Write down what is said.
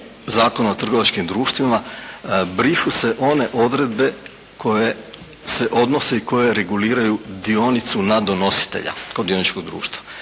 Zakona o trgovačkim društvima brišu se one odredbe koje se odnose i koje reguliraju dionicu na donositelja, kod dioničkog društva.